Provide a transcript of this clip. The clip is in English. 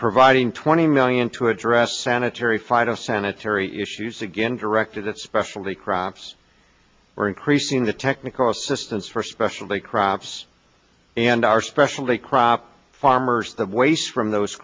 providing twenty million to address sanitary phytosanitary issues again directed at specialty crops or increasing the technical assistance for specialty crops and our specialty crop farmers the waste from those